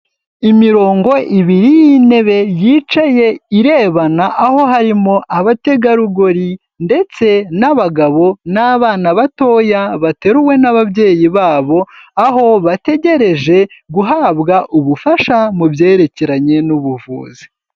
Imirongo ibiri y'intebe yicaye irebana, aho harimo abategarugori ndetse n'abagabo n'abana batoya bateruwe n'ababyeyi babo, aho bategereje guhabwa ubufasha mu byerekeranye n'ubuvuzi.